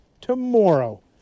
tomorrow